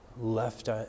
Left